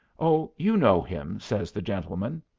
oh, you know him, says the gentleman.